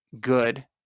good